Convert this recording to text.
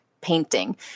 painting